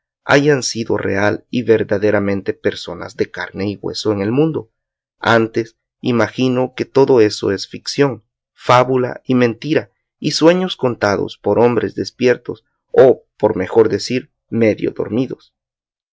hayan sido real y verdaderamente personas de carne y hueso en el mundo antes imagino que todo es ficción fábula y mentira y sueños contados por hombres despiertos o por mejor decir medio dormidos